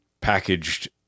packaged